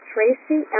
Tracy